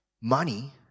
money